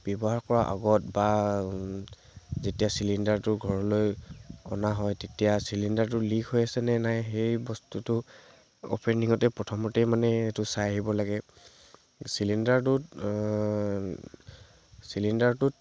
ব্য়ৱহাৰ কৰা আগত বা যেতিয়া চিলিণ্ডাৰটো ঘৰলৈ অনা হয় তেতিয়া চিলিণ্ডাৰটো লিক হৈ আছেনে নাই সেই বস্তুটো অপেনিঙতে প্ৰথমতে মানে এইটো চাই আহিব লাগে চিলিণ্ডাৰটোত চিলিণ্ডাৰটোত